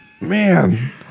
Man